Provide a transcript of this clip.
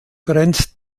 grenzt